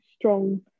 strong